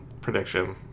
prediction